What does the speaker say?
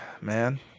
man